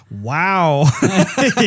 wow